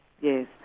Yes